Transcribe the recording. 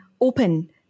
open